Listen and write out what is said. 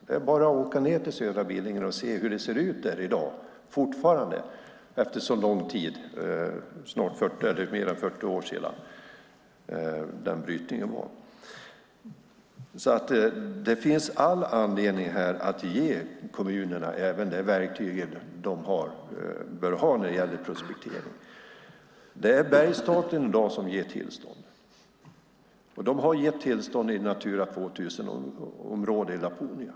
Det är bara att åka ned till södra Billingen och se hur det ser ut där i dag, fortfarande, efter så lång tid. Det är mer än 40 år sedan denna brytning skedde. Det finns alltså all anledning att ge kommunerna även det verktyg de bör ha när det gäller prospektering. Det är Bergsstaten som ger tillstånd i dag, och de har gett tillstånd i Natura 2000-området Laponia.